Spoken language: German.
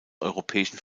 europäischen